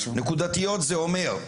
נקודתיות זה אומר,